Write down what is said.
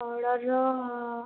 ଅର୍ଡରର